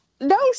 no